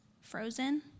frozen